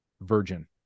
virgin